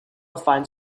finds